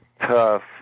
Tough